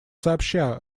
сообща